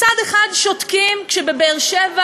מצד אחד, שותקים כשבבאר-שבע